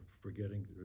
forgetting